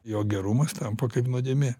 jo gerumas tampa kaip nuodėmė